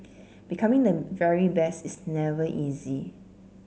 becoming the very best is never easy